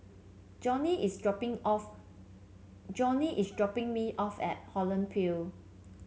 Johny is dropping off Johny is dropping me off at Holland